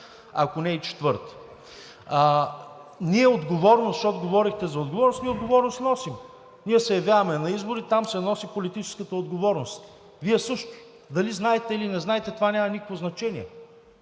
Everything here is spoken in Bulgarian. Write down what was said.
ако не и четвърта. Ние отговорност, защото говорехте за отговорност, си носим. Ние се явяваме на избори, там се носи политическата отговорност – Вие също. Дали знаете, или не знаете – това няма никакво значение.